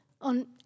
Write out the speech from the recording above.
on